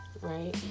right